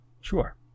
Sure